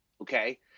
Okay